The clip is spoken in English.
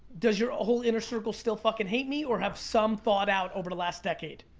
does your whole inner circle still fuckin' hate me, or have some thawed out over the last decade?